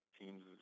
teams